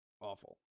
Awful